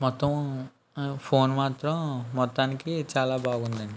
మొత్తం ఫోన్ మాత్రం మొత్తానికి చాలా బాగుంది అండి